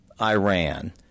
Iran